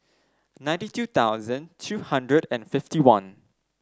ninety two thousand two hundred and fifty one